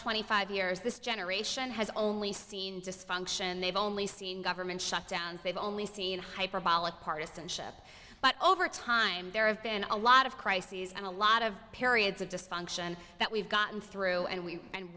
twenty five years this generation has only seen dysfunction they've only seen government shutdowns they've only seen hyperbolic partisanship but over time there have been a lot of crises and a lot of periods of dysfunction that we've gotten through and we and